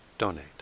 donate